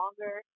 longer